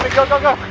go, go, go!